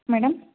madam